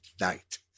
night